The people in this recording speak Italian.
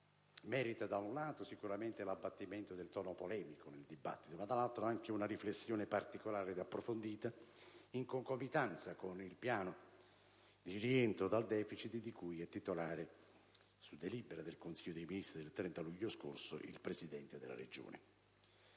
merita da un lato sicuramente l'abbattimento del tono polemico del dibattito, ma dall'altro anche una riflessione particolare ed approfondita in concomitanza con il piano di rientro dal *deficit*, di cui è titolare, su delibera del Consiglio dei ministri del 30 luglio scorso, il presidente della Regione.